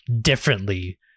differently